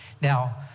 Now